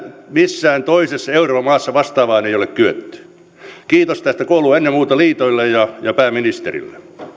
missään toisessa euroopan maassa vastaavaan ei ole kyetty kiitos tästä kuuluu ennen muuta liitoille ja pääministerille